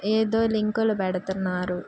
ఏదో లింకులు పెడుతున్నారు